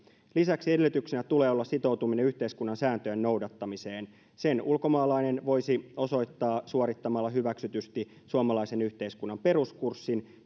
lisäksi edellytyksenä tulee olla sitoutuminen yhteiskunnan sääntöjen noudattamiseen sen ulkomaalainen voisi osoittaa suorittamalla hyväksytysti suomalaisen yhteiskunnan peruskurssin